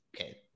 Okay